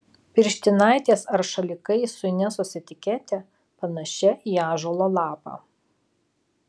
pirštinaitės ar šalikai su inesos etikete panašia į ąžuolo lapą